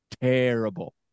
terrible